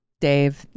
Dave